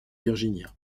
virginia